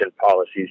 policies